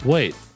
Wait